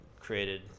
created